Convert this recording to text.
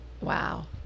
Wow